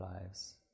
lives